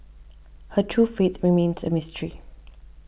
her true fate remains a mystery